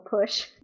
Push